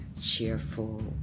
cheerful